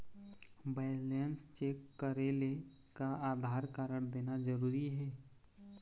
Balance check करेले का Aadhaar card देना जरूरी हे?